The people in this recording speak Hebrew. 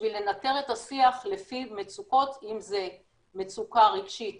בשביל לנטר את השיח לפי מצוקות אם זה מצוקה רגשית